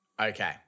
Okay